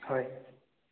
হয়